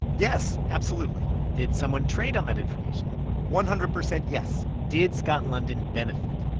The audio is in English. yes, absolutely did someone trade on that information? one hundred percent yes did scott london benefit?